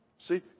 See